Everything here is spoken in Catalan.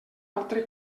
altre